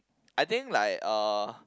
I think like uh